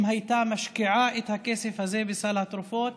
הייתה משקיעה את הכסף הזה בסל התרופות